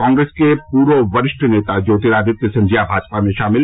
कांग्रेस के पूर्व वरिष्ठ नेता ज्योतिरादित्य सिंधिया भाजपा में शामिल